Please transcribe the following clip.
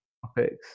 Topics